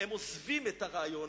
הם עוזבים את הרעיון.